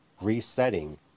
Resetting